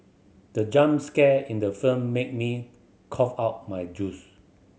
the jump scare in the film made me cough out my juice